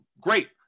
Great